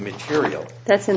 material that's in